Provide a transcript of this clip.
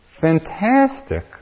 Fantastic